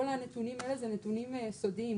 כל הנתונים האלה הם נתונים סודיים.